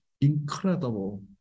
incredible